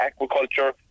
aquaculture